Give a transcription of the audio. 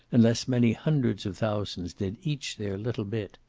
unless many hundreds of thousands did each their little bit.